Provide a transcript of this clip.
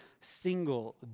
single